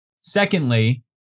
Secondly